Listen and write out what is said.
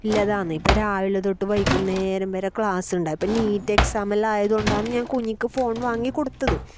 ഉള്ളതാണ് ഇപ്പം രാവിലെ തൊട്ട് വൈകുന്നേരം വരെ ക്ലാസ് ഉണ്ട് ഇപ്പം നീറ്റ് എക്സാം എല്ലാം ആയതുകൊണ്ടാണ് ഞാൻ കുഞ്ഞിക്ക് ഫോൺ വാങ്ങിക്കൊടുത്തത്